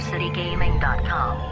Citygaming.com